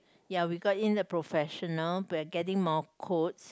ya we got in a professional we are getting more quotes